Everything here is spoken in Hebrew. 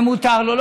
ומותר לו.